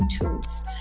tools